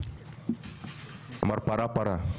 פרה-פרה,